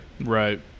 Right